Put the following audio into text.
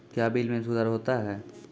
क्या बिल मे सुधार होता हैं?